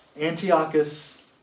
Antiochus